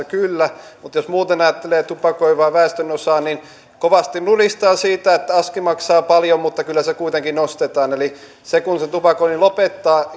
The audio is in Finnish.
kyllä mutta jos muuten ajattelee tupakoivaa väestönosaa niin kovasti nuristaan siitä että aski maksaa paljon mutta kyllä se kuitenkin ostetaan eli kun sen tupakoinnin lopettaa